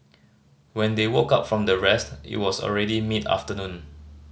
when they woke up from their rest it was already mid afternoon